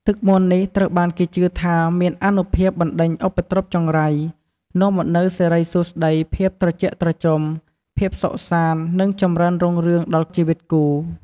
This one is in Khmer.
ទឹកមន្តនេះត្រូវបានគេជឿថាមានអានុភាពបណ្ដេញឧបទ្រពចង្រៃ នាំមកនូវសិរីសួស្ដី ភាពត្រជាក់ត្រជុំ ភាពសុខសាន្ត និងចម្រើនរុងរឿងដល់ជីវិតគូ។